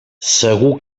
segur